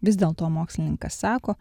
vis dėlto mokslininkas sako